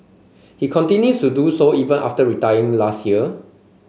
he continues to do so even after retiring last year